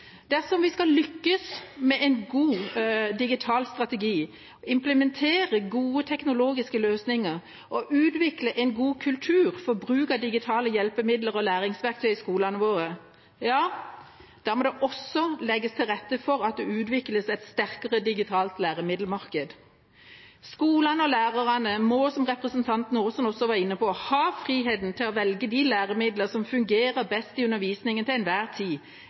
Dersom vi skal lykkes med en god digital strategi, implementere gode teknologiske løsninger og utvikle en god kultur for bruk av digitale hjelpemidler og læringsverktøy i skolene våre, må det også legges til rette for at det utvikles et sterkere digitalt læremiddelmarked. Skolene og lærerne må – som representanten Aasen også var inne på – ha friheten til å velge de læremidler som fungerer best i undervisningen til enhver tid,